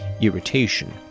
irritation